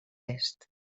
est